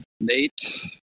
Nate